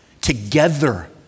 Together